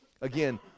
Again